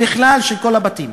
בכלל של כל הבתים.